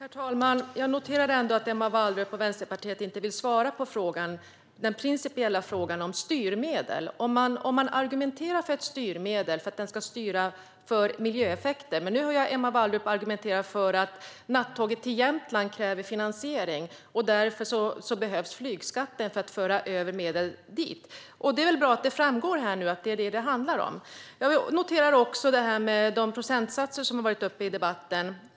Herr talman! Jag noterar ändå att Emma Wallrup och Vänsterpartiet inte vill svara på den principiella frågan om styrmedel. Man argumenterar för att ett styrmedel ska styra miljöeffekter, men nu hör jag Emma Wallrup argumentera för att nattåget till Jämtland kräver finansiering, och därför behövs flygskatten. Det är väl bra att det framgår här vad detta handlar om. Jag noterar också de procentsatser som har varit uppe i debatten.